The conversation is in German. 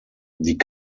die